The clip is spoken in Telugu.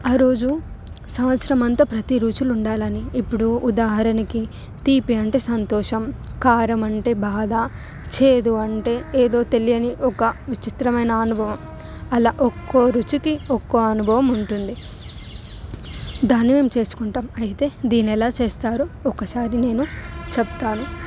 ఆరోజు సంవత్సరం అంతా ప్రతిరోజు ఉండాలని ఇప్పుడు ఉదాహరణకి తీపి అంటే సంతోషం కారం అంటే బాధ చేదు అంటే ఏదో తెలియని ఒక విచిత్రమైన అనుభవం అలా ఒక్కో రుచికి ఒక్కో అనుభవం ఉంటుంది దాన్ని మేం చేసుకుంటాం అయితే దీని ఎలా చేస్తారు ఒకసారి నేను చెప్తాను